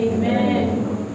Amen